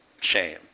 shame